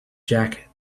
jacket